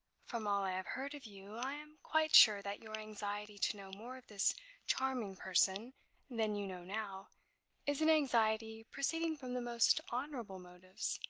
from all i have heard of you, i am quite sure that your anxiety to know more of this charming person than you know now is an anxiety proceeding from the most honorable motives.